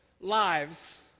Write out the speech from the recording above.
lives